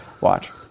Watch